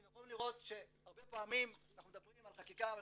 אתם יכולים לראות שהרבה פעמים אנחנו מדברים על חקיקה וסמכויות,